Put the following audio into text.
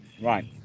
Right